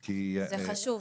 זה חשוב.